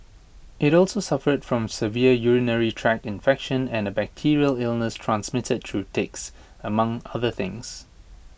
IT also suffered from severe urinary tract infection and A bacterial illness transmitted through ticks among other things